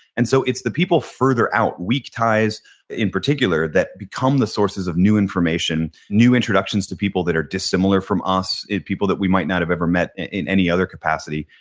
and so it's the people further out, weak ties in particular that become the sources of new information, new introductions to people that are dissimilar from us, people that we might not have ever met in any other capacity.